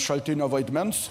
šaltinio vaidmens